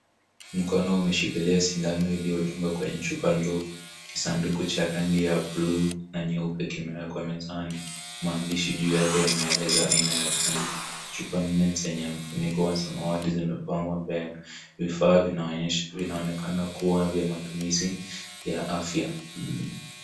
Mkono umeshikilia sindano iliyodungwa kwenye chupa ndogo kisanduku cha rangi ya bluu na nyeupe kimewekwa mezani maandishi juu yake yanaeleza aina ya chanjo, chupa nne zenye mfuniko wa samawati zimepangwa mbele, vifaa vinaonekana kuwa vya matum afya.